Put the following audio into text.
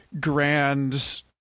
grand